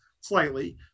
slightly